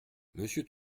monsieur